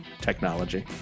technology